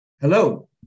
Hello